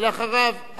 ואחריו,